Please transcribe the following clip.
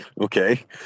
okay